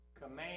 Command